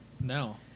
No